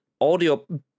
audio